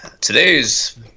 Today's